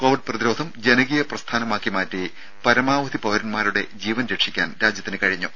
Covid പ്രതിരോധം ജനകീയ പ്രസ്ഥാനമാക്കി മാറ്റി പരമാവധി പൌരൻമാരുടേയും ജീവൻ രക്ഷിക്കാൻ രാജ്യത്തിന് കഴിഞ്ഞു